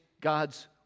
God's